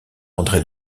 andré